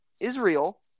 Israel